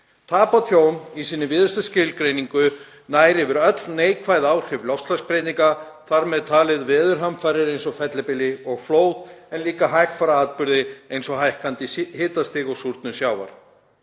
Tap og tjón í sinni víðustu skilgreiningu nær yfir öll neikvæð áhrif loftslagsbreytinga, þar með talið veðurhamfarir eins og fellibylji og flóð en líka hægfara þróun eins og hækkandi hitastig og súrnun sjávar.